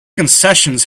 concessions